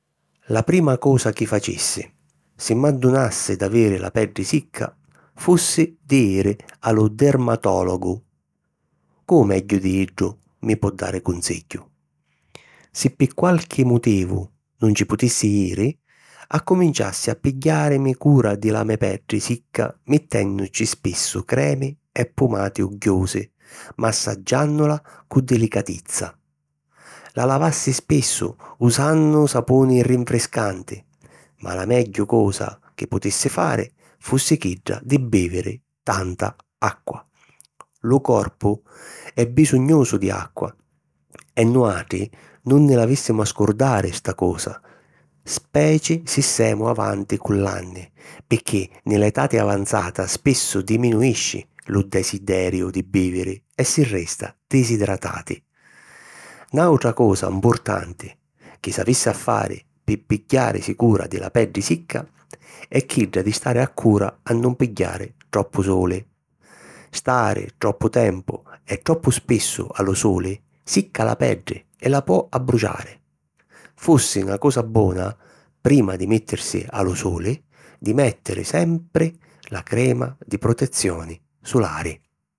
La prima cosa chi facissi, si m'addunassi d'aviri la peddi sicca, fussi di jiri a lu dermatòlogu. Cu' megghiu di iddu mi po dari cunsigghiu? Si pi qualchi mutivu nun ci putissi jiri, accuminciassi a pigghiàrimi cura di la me peddi sicca mittènnuci spissu cremi e pumati ugghiusi, massaggiànnula cu dilicatizza. La lavassi spissu, usannu sapuni rinfriscanti, ma la megghiu cosa chi putissi fari fussi chidda di bìviri tanta acqua. Lu corpu è bisugnusu di acqua e nuàutri nun nni l'avìssimu a scurdari sta cosa, speci si semu avanti cu l'anni picchì nni l'etati avanzata spissu diminuisci lu desideriu di bìviri e si resta disidratati. Nàutra cosa mpurtanti chi s'avissi a fari pi pigghiàrisi cura di la peddi sicca è chidda di stari accura a nun pigghiari troppu suli. Stari troppu tempu e troppu spissu a lu suli, sicca la peddi e la po abbruciari. Fussi na cosa bona, prima di mìttirisi a lu suli, di mèttiri sempri la crema di protezioni sulari.